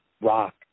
rock